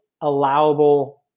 allowable